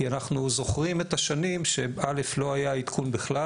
כי אנחנו זוכרים את השנים שלא היה עדכון בכלל